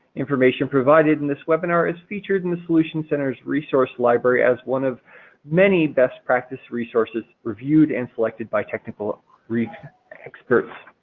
information provided in this webinar is featured in the solution center's resource library as one of many best practice resources reviewed and selected by technical experts.